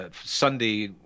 Sunday